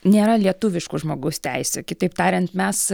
nėra lietuviškų žmogaus teisių kitaip tariant mes